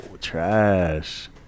Trash